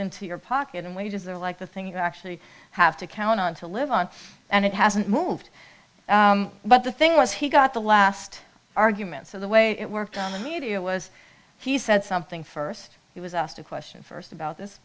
into your pocket and wages are like the thing you actually have to count on to live on and it hasn't moved but the thing was he got the last argument so the way it worked on the media was he said something st he was asked a question st about this